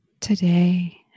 Today